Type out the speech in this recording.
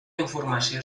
informació